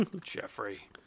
Jeffrey